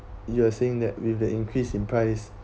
you were saying that with the increase in price